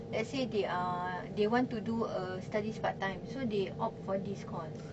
let's say they uh they want to do a studies part time so they opt for this course